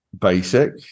basic